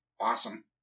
Awesome